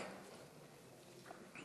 השר